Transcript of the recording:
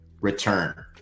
return